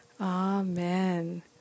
Amen